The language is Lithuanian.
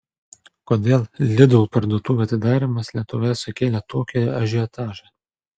kodėl lidl parduotuvių atidarymas lietuvoje sukėlė tokį ažiotažą